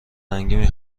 رنگی